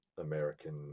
American